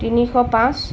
তিনিশ পাঁচ